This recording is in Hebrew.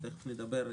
שתיכף נדבר עליה,